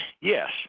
yes